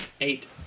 Eight